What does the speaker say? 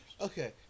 Okay